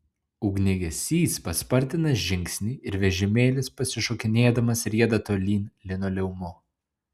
ugniagesys paspartina žingsnį ir vežimėlis pasišokinėdamas rieda tolyn linoleumu